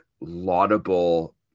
laudable